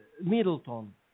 Middleton